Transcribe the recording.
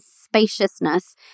spaciousness